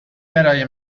برای